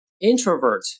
introvert